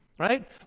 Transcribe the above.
Right